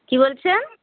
কী বলছেন